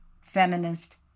feminist